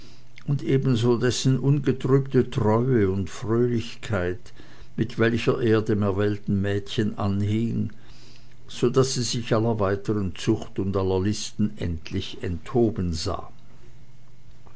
und ebenso dessen ungetrübte treue und fröhlichkeit mit welcher er dem erwählten mädchen anfing so daß sie sich aller weiteren zucht und aller listen endlich enthoben sah